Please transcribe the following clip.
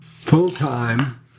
full-time